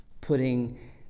putting